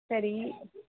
சரி